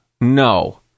No